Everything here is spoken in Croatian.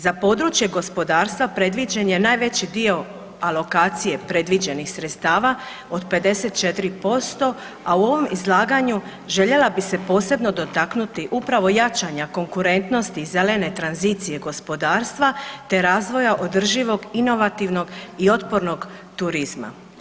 Za područje gospodarstva predviđen je najveći dio alokacije predviđenih sredstava od 54%, a u ovom izlaganju željela bih se posebno dotaknuti upravo jačanja konkurentnosti zelene tranzicije gospodarstva te razvoja održivog, inovativnog i otpornog turizma.